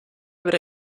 would